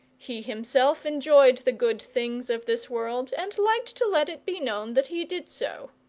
he himself enjoyed the good things of this world, and liked to let it be known that he did so.